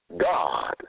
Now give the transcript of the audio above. God